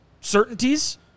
certainties